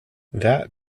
that